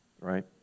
Right